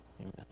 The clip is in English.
amen